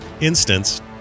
instance